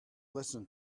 listen